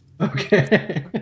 Okay